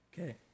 Okay